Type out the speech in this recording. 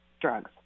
drugs